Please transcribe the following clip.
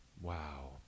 Wow